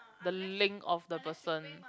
the link of the person